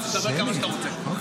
הציבור